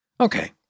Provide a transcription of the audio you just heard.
Okay